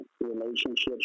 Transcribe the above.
relationships